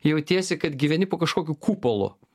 jautiesi kad gyveni po kažkokiu kupolu